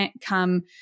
come